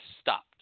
stopped